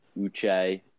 Uche